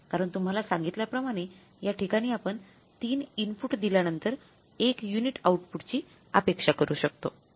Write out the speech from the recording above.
कारण तुम्हाला सांगितल्या प्रकारे याठिकाणी आपण 3 इनपुट दिल्यानंतर एक युनिट आउटपुटची अपेक्षा करू शकतो